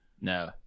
No